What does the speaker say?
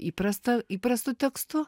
įprastą įprastu tekstu